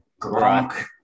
Gronk